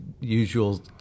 usual